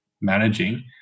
managing